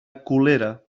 colera